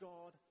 God